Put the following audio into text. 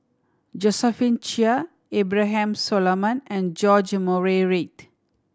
Josephine Chia Abraham Solomon and George Murray Reith